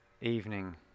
evening